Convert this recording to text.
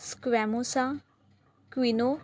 squamosa quinoa